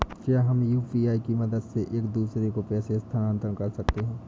क्या हम यू.पी.आई की मदद से एक दूसरे को पैसे स्थानांतरण कर सकते हैं?